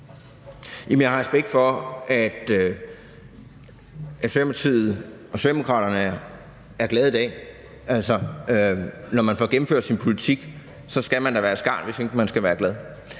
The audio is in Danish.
Jeg har respekt for, at Socialdemokratiet og socialdemokraterne er glade i dag. Altså, når man får gennemført sin politik, skal man da være et skarn, hvis ikke man er glad.